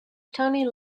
tony